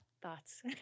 Thoughts